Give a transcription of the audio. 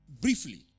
briefly